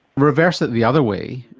reverse it the other way,